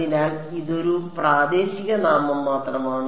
അതിനാൽ ഇതൊരു പ്രാദേശിക നാമം മാത്രമാണ്